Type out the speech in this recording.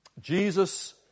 Jesus